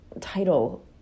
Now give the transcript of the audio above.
title